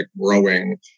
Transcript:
growing